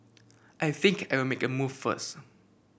I think I'll make a move first